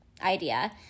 Idea